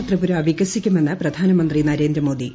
ത്രിപുര വികസിക്കുമെന്ന് പ്രധാനമന്ത്രി നരേന്ദ്ര മോദി